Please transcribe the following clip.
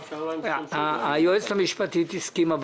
היועצת המשפטית הסכימה.